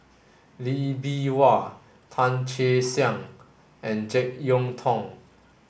Lee Bee Wah Tan Che Sang and Jek Yeun Thong